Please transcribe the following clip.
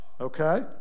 Okay